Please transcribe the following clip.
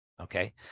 okay